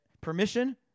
permission